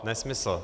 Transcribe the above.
Nesmysl.